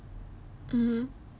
mmhmm